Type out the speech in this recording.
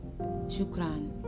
Shukran